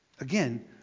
Again